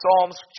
Psalms